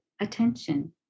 attention